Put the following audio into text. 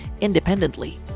independently